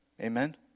Amen